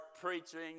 preaching